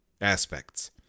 aspects